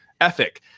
ethic